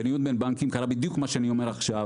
בניוד בין בנקים קרה בדיוק מה שאני אומר עכשיו,